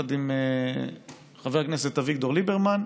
יחד עם חבר הכנסת אביגדור ליברמן,